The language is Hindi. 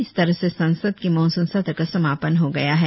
इस तरह से संसद के मॉनसून सत्र का समापन हो गया है